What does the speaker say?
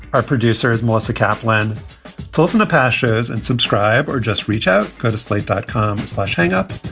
our producer is melissa kaplan filson a pashas and subscribe or just reach out to slate dot com, slash hang-up.